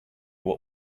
what